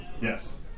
Yes